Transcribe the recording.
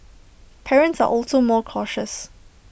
parents are also more cautious